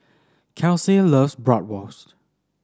Kelsey loves Bratwurst